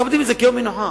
מכבדים את זה כיום מנוחה.